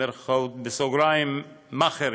מאכערים,